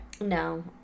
No